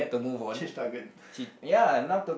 change target